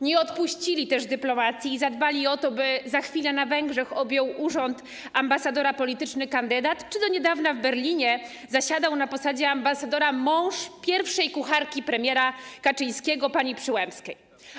Nie odpuścili też dyplomacji i zadbali o to, by za chwilę na Węgrzech urząd ambasadora objął polityczny kandydat, do niedawna w Berlinie zasiadał na posadzie ambasadora mąż pierwszej kucharki premiera Kaczyńskiego, pani Przyłębskiej.